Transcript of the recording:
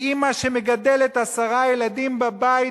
ואמא שמגדלת עשרה ילדים בבית,